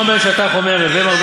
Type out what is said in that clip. אני יודע כבר חצי מזה בעל-פה.